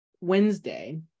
Wednesday